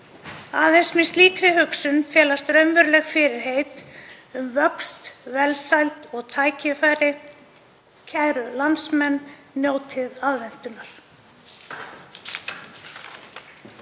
Aðeins með slíkri hugsun felast raunveruleg fyrirheit um vöxt, velsæld og tækifæri. Kæru landsmenn. Njótið aðventunnar.